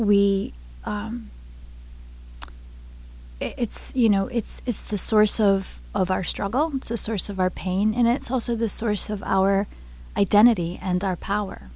we it's you know it's the source of of our struggle it's a source of our pain and it's also the source of our identity and our power